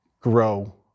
grow